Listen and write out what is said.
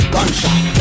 Gunshot